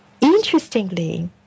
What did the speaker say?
Interestingly